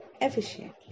efficiently